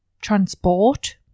transport